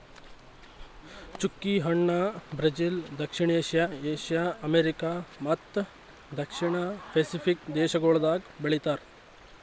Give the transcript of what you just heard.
ಚ್ಚುಕಿ ಹಣ್ಣ ಬ್ರೆಜಿಲ್, ದಕ್ಷಿಣ ಏಷ್ಯಾ, ಏಷ್ಯಾ, ಅಮೆರಿಕಾ ಮತ್ತ ದಕ್ಷಿಣ ಪೆಸಿಫಿಕ್ ದೇಶಗೊಳ್ದಾಗ್ ಬೆಳಿತಾರ್